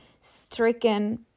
stricken